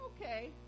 okay